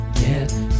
get